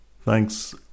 thanks